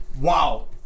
Wow